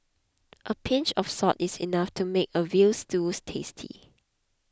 a pinch of salt is enough to make a Veal Stews tasty